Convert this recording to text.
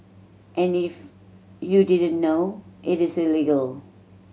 and if you didn't know it is illegal